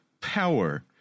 power